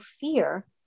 fear